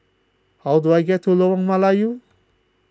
how do I get to Lorong Melayu